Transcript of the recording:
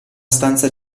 stanza